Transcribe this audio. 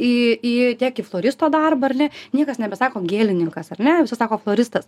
į į tiek į floristo darbą ar ne niekas nebesako gėlininkas ar ne visi sako floristas